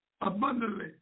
abundantly